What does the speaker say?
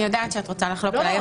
אני יודעת שאת רוצה לחלוק עליי,